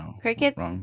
crickets